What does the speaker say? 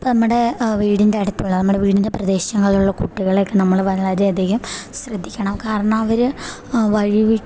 ഇപ്പം നമ്മുടെ വീടിൻ്റെ അടുത്തുള്ള നമ്മുടെ വീടിൻ്റെ പ്രദേശങ്ങളിലുള്ള കുട്ടികളെ ഒക്കെ നമ്മൾ വളരെയധികം ശ്രദ്ധിക്കണം കാരണം അവർ വഴിവിട്ട്